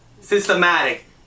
systematic